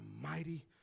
mighty